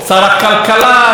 אנשים מתים.